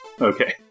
Okay